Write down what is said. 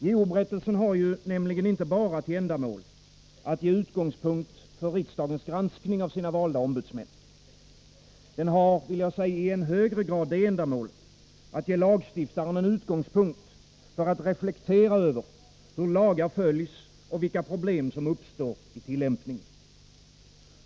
JO-berättelsen har ju inte bara till ändamål att ge utgångspunkt för riksdagens granskning av sina valda ombudsmän. Den har i än högre grad det ändamålet att ge lagstiftaren en utgångspunkt för att reflektera över hur lagar följs och vilka problem som uppstår i tillämpningen.